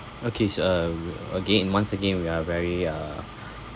okay s~ uh again once again we are very uh